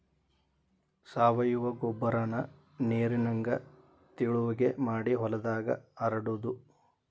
ಸಾವಯುವ ಗೊಬ್ಬರಾನ ನೇರಿನಂಗ ತಿಳುವಗೆ ಮಾಡಿ ಹೊಲದಾಗ ಹರಡುದು